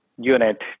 unit